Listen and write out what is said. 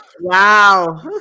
wow